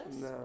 No